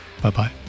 Bye-bye